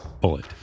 bullet